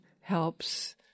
helps –